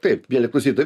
taip mieli klausytojai